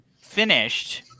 finished